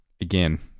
again